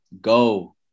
go